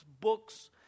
Books